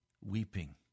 weeping